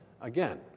again